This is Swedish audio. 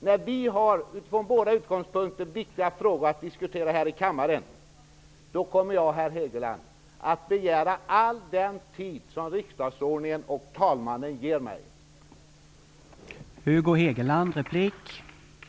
När vi har från vårt partis utgångspunkter viktiga frågor att diskutera här i kammaren kommer jag, herr Hegeland, att begära all den tid som riksdagsordningen och talmannen ger mig rätt till.